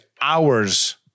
hours